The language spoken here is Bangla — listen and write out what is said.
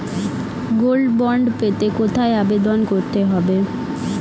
গোল্ড বন্ড পেতে কোথায় আবেদন করতে হবে?